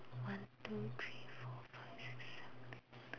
one two three four five six seven eight nine